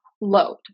load